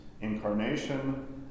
incarnation